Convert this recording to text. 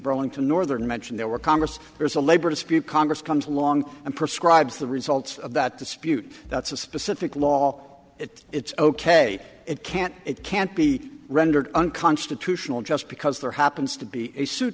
burlington northern mentioned there were congress there's a labor dispute congress comes along and prescribes the results of that dispute that's a specific law it it's ok it can't it can't be rendered unconstitutional just because there happens to be a suit